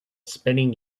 spinning